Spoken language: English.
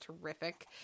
terrific